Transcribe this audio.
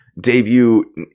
debut